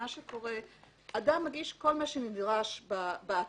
מה שקורה היום זה שאדם מגיש כל מה שנדרש באתר,